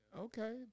Okay